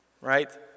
Right